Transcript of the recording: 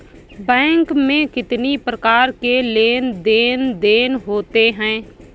Bank में कितनी प्रकार के लेन देन देन होते हैं?